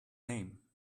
name